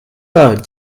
pas